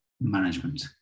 management